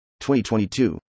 2022